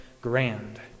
grand